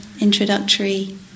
introductory